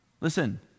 Listen